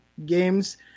games